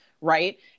Right